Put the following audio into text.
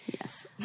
Yes